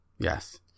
Yes